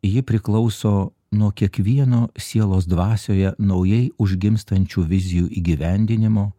ji priklauso nuo kiekvieno sielos dvasioje naujai užgimstančių vizijų įgyvendinimo